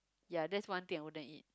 ya that's one thing I wouldn't eat